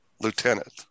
lieutenant